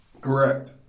Correct